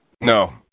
No